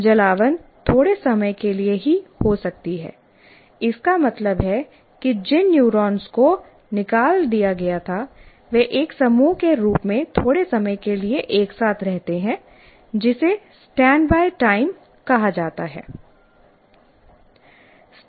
जलावन थोड़े समय के लिए ही हो सकती है इसका मतलब है कि जिन न्यूरॉन्स को निकाल दिया गया था वे एक समूह के रूप में थोड़े समय के लिए एक साथ रहते हैं जिसे स्टैंडबाय टाइम कहा जाता है